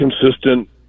consistent